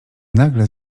nagle